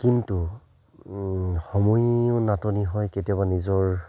কিন্তু সময়ো নাটনি হয় কেতিয়াবা নিজৰ